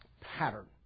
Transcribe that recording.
pattern